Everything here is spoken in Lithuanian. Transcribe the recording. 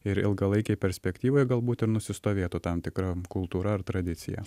ir ilgalaikėj perspektyvoj galbūt ir nusistovėtų tam tikra kultūra ar tradicija